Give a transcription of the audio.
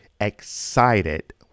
excited